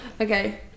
Okay